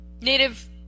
native